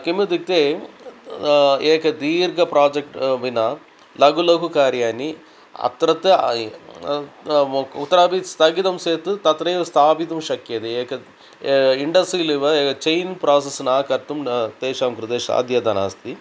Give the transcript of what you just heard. किम् इत्युक्ते तद् एक दीर्घ प्राजेक्ट् विना लघुलघुकार्याणि अत्रत्य कुत्रापि स्थगितं चेत् तत्रैव स्थापितुं शक्यते एक इण्डस्सि लेवे चैन् प्रासेस् न कर्तुं न तेषां कृते साध्यता नास्ति